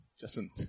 Justin